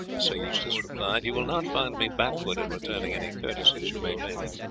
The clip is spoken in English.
sir eustace replied, you will not find me backward in returning any courtesies you may pay me.